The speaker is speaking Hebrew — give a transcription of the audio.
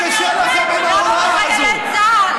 שומר על חיילי צה"ל.